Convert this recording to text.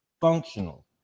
functional